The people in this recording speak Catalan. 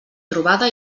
trobada